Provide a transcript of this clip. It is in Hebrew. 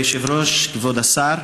כבוד היושב-ראש, כבוד השר,